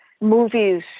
movies